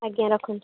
ଆଜ୍ଞା ରଖନ୍ତୁ